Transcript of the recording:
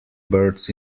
birds